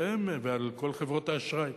ועל כל חברות האשראי.